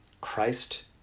Christ